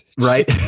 right